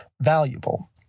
valuable